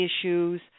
issues